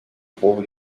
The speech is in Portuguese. povo